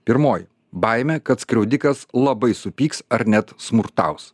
pirmoji baimė kad skriaudikas labai supyks ar net smurtaus